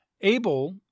able